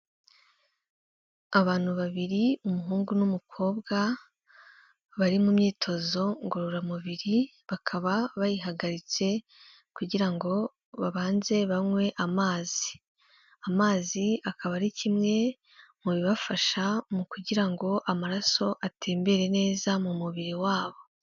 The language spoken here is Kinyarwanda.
Abantu babiri umuhungu n'umukobwa, bari mu myitozo ngororamubiri, bakaba bayihagaritse kugira ngo babanze banywe amazi, amazi akaba ari kimwe mu bibafasha mu kugira ngo amaraso atembere neza mu mubiri wabo.